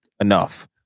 enough